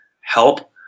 help